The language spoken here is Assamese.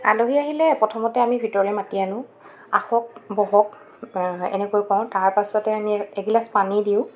আলহী আহিলে প্ৰথমতে আমি ভিতৰলৈ মাতি আনো আহক বহক এনেকৈ কওঁ তাৰ পাছতে আমি এগিলাছ পানী দিওঁ